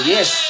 Yes